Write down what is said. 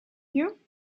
you